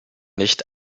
nicht